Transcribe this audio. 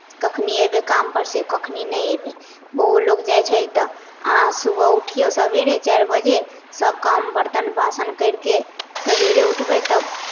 कखनी अयबै कामपर सँ कखनी नहि अयबै बौओ लोक जाइ छै तऽ अहाँ सुबह उठिऔ सवेरे चारि बजे सभ काम बर्तन बासन करि कऽ सवेरे उठबै तब